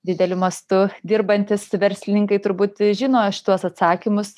dideliu mastu dirbantys verslininkai turbūt žino šituos atsakymus